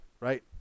right